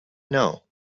know